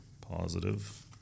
positive